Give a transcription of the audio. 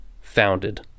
founded